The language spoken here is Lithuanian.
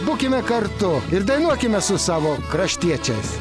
būkime kartu ir dainuokime su savo kraštiečiais